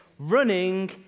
Running